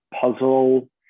puzzle